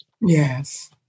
Yes